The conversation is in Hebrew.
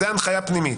זו הנחייה פנימית.